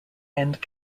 end